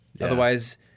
Otherwise